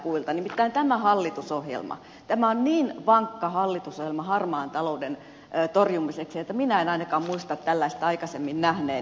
nimittäin tämä hallitusohjelma on niin vankka hallitusohjelma harmaan talouden torjumiseksi että minä en ainakaan muista tällaista aikaisemmin nähneeni